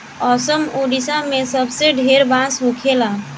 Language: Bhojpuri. असम, ओडिसा मे सबसे ढेर बांस होखेला